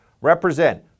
represent